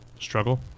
Struggle